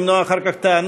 כדי למנוע אחר כך טענות,